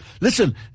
Listen